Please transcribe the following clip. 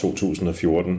2014